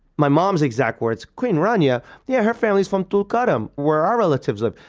my mom's exact words, queen rania? yeah, her family's from tulkarm, where our relatives live.